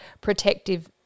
protective